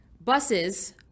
buses